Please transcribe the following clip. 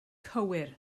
cywir